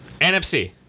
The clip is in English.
NFC